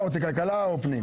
אתה רוצה כלכלה או פנים?